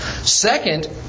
Second